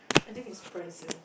I think it's present